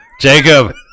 Jacob